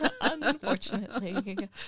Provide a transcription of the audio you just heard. Unfortunately